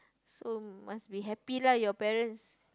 so must be happy lah your parents